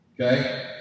Okay